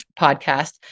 podcast